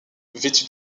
vêtu